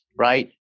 right